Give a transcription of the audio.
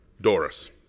Doris